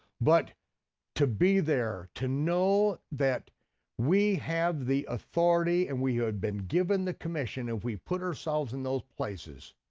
but to be there, to know that we have the authority and we have been given the commission, if we put ourselves in those places,